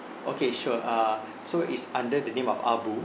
okay sure err so is under the name of ah bu